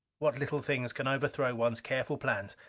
what little things can overthrow one's careful plans!